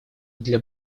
для